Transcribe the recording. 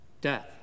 Death